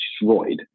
destroyed